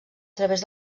través